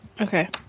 Okay